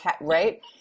right